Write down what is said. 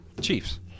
Chiefs